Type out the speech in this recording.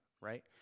right